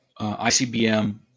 ICBM